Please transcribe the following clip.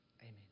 Amen